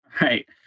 Right